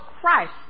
Christ